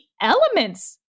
elements